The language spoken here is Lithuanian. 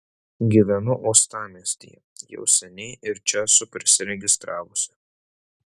gyvenu uostamiestyje jau seniai ir čia esu prisiregistravusi